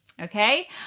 Okay